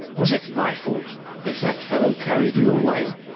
was it my fault if that fellow carried you away?